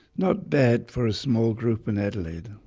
not bad for a small group in adelaide.